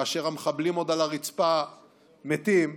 כאשר המחבלים עוד על הרצפה מתים,